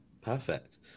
Perfect